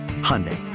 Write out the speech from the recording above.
Hyundai